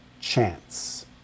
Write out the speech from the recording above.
chance